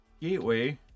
gateway